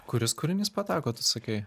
kuris kūrinys pateko tu sakei